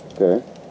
okay